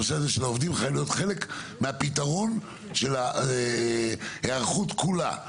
הנושא של העובדים חייב להיות חלק מהפתרון של ההיערכות כולה.